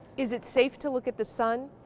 is it safe to look at the sun?